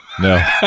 No